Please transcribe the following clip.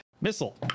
missile